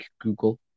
google